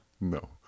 no